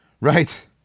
Right